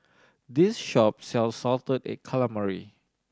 this shop sells salted egg calamari